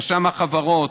רשם החברות,